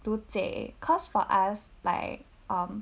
杜贼 cause for us like um